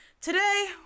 today